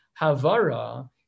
Havara